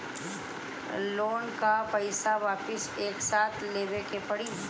Loan का पईसा वापिस एक साथ देबेके पड़ी?